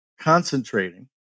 concentrating